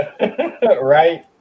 right